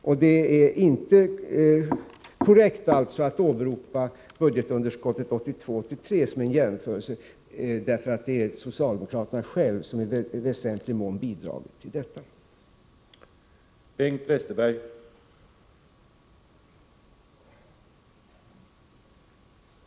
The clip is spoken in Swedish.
Det är alltså inte korrekt att åberopa budgetunderskottet 1982/83 som en jämförelse, därför att det är socialdemokraterna själva som i väsentlig mån bidragit till storleken av detta underskott.